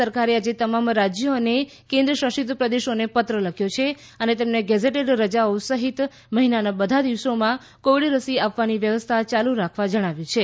કેન્દ્ર સરકારે આજે તમામ રાજ્યો અને કેન્દ્રશાસિત કેન્દ્રોને પત્ર લખ્યો છે અને તેમને ગેઝેટેડ રજાઓ સહિત મહિનાના બધા દિવસોમાં કોવિડ રસી આપવાની વ્યવસ્થા યાલુ રાખવા જણાવ્યું છે